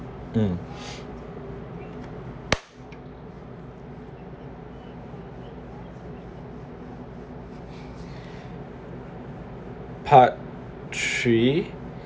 um part three